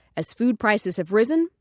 as food prices have risen,